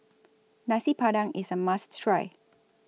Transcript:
Nasi Padang IS A must Try